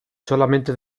solamente